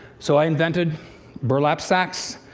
so i invented burlap sacks,